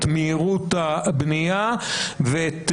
את מהירות הבנייה ואת